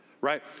Right